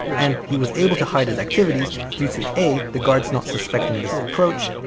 and he was able to hide his activities due to a, the guards not suspecting this approach,